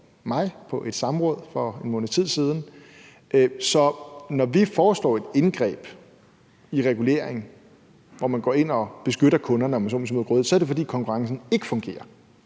mig på et samråd for en måneds tid siden. Så når vi foreslår et indgreb i reguleringen, hvor man, om jeg så må sige, går ind og beskytter kunderne mod grådighed, så er det, fordi konkurrencen ikke fungerer